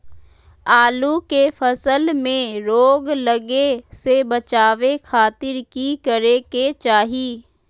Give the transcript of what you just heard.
आलू के फसल में रोग लगे से बचावे खातिर की करे के चाही?